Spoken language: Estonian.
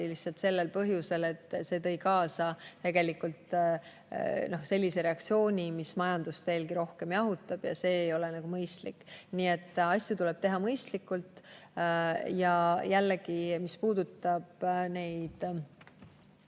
lihtsalt sellel põhjusel, et see tõi tegelikult kaasa sellise reaktsiooni, mis majandust veelgi rohkem jahutab. Ja see ei ole mõistlik. Nii et asju tuleb teha mõistlikult. Ja jällegi, mis puudutab